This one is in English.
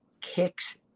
kicks